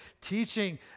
teaching